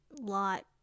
lot